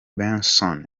benson